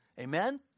Amen